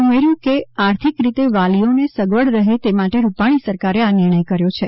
તેમણે ઉમેર્યું કે આર્થિક રીતે વાલીઓને સગવડ રહે તે માટે રૂપાણી સરકારે આ નિર્ણય કર્યો છે